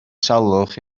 salwch